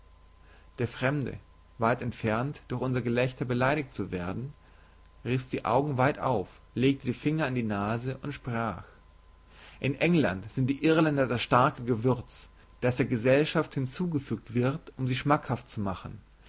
der fremde weit entfernt durch unser gelächter beleidigt zu werden riß die augen weit auf legte die finger an die nase und sprach in england sind die irländer das starke gewürz das der gesellschaft hinzugefügt wird um sie schmackhaft zu machen